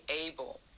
able